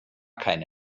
keine